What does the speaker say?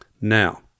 Now